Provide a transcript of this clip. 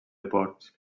ports